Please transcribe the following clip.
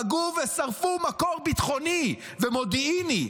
פגעו ושרפו מקור ביטחוני ומודיעיני,